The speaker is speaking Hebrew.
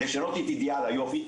לשנות את אידיאל היופי,